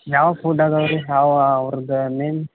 ಯಾವ ಫುಡ್ ಅದವೆ ರೀ ಅವು ಅವ್ರ್ದು ನೇಮ್